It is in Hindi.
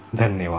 धन्यवाद